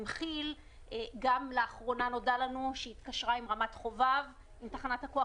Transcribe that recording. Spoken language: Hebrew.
כי"ל ולאחרונה גם נודע לנו שהיא התקשרה עם תחנת הכוח